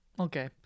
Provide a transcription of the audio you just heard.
Okay